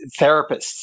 therapists